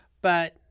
but-